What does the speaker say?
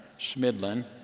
Schmidlin